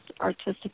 artistic